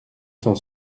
cent